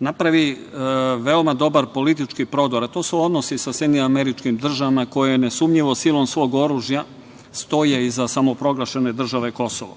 napravi veoma dobar politički prodor, a to su odnosi sa SAD koje nesumnjivo silom svog oružja stoje iza samoproglašene države Kosovo